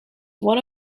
one